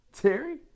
Terry